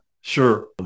sure